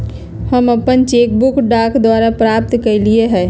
हम अपन cheque book डाक द्वारा प्राप्त कईली ह